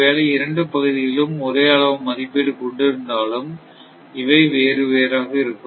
ஒருவேளை இரண்டு பகுதிகளும் ஒரே அளவு மதிப்பீடு கொண்டிருந்தாலும் இவை வேறு வேறாக இருக்கும்